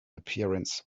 appearance